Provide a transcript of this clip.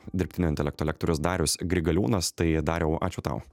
dirbtinio intelekto lektorius darius grigaliūnas tai dariau ačiū tau